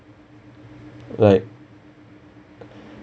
like